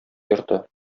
йорты